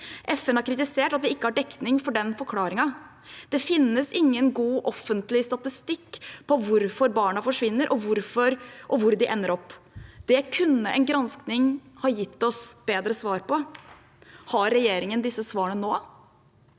FN har kritisert at vi ikke har dekning for den forklaringen. Det finnes ingen god offentlig statistikk på hvorfor barna forsvinner, og hvor de ender opp. Det kunne en granskning ha gitt oss bedre svar på. Har regjeringen disse svarene nå?